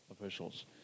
officials